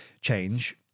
change